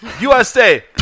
USA